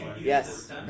Yes